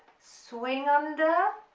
swing under,